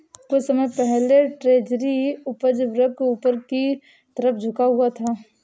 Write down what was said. कुछ समय पहले ट्रेजरी उपज वक्र ऊपर की तरफ झुका हुआ था